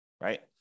right